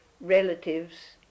relatives